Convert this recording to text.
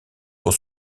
pour